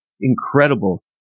incredible